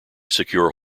secure